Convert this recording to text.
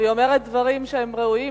והיא אומרת דברים שהם ראויים,